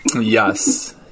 Yes